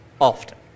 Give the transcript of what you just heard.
Often